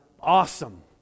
awesome